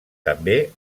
també